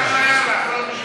יאללה, נו,